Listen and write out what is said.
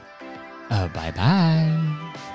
bye-bye